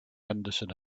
henderson